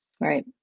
right